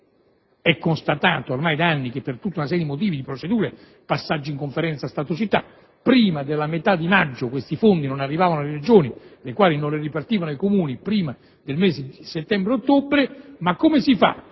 infatti ormai da anni che, per tutta una serie di motivi procedurali e passaggi in Conferenza Stato-città, prima della metà di maggio questi fondi non arrivano alle Regioni, le quali non le ripartiscono ai Comuni prima dei mesi di settembre-ottobre. Ma come si fa,